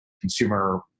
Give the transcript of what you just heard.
consumer